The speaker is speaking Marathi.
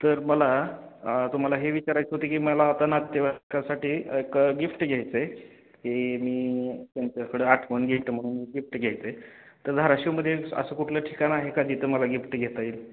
तर मला तुम्हाला हे विचारायचं होती की मला आता नातेवाईकासाठी एक गिफ्ट घ्यायचं आहे की मी त्यांच्याकडे आठवून घे तर म्हणून मी गिफ्ट घ्यायचं आहे तर धाराशिवमध्ये असं कुठलं ठिकाण आहे का तिथं मला गिफ्ट घेता येईल